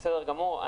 בסדר גמור.